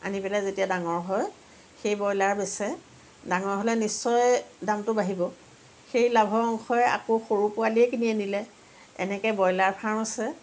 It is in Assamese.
আনি পেলাই যেতিয়া ডাঙৰ হয় সেই ব্ৰইলাৰ বেচে ডাঙৰ হ'লে নিশ্চয় দামটো বাঢ়িব সেই লাভৰ অংশই আকৌ সৰু পোৱালিয়ে কিনি আনিলে এনেকে ব্ৰইলাৰ ফাৰ্ম আছে